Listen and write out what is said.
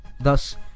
Thus